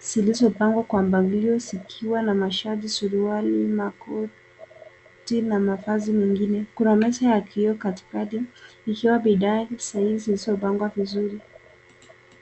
zilizopangwa kwa mpangilo zikiwa na mashati, suruali na koti na mavazi nyingine. Kuna meza ya kioo katikati likiwa bidhaa zilizopangwa vizuri.